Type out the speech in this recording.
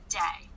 day